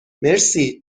مرسی